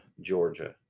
Georgia